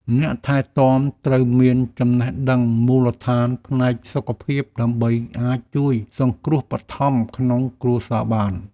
អ្នកថែទាំត្រូវមានចំណេះដឹងមូលដ្ឋានផ្នែកសុខភាពដើម្បីអាចជួយសង្គ្រោះបឋមក្នុងគ្រួសារបាន។